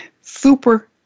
super